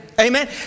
Amen